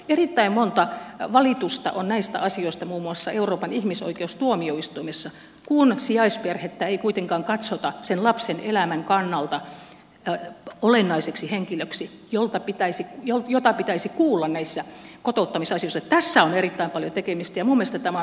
erittäin monta valitusta on näistä asioista muun muassa euroopan ihmisoikeustuo mioistuimessa kun sijaisperhettä ei kuitenkaan katsota lapsen elämän kannalta olennaisiksi henkilöiksi joita pitäisi kuulla näissä kotouttamisasioissa kanssa merita oli tekemistä muistettava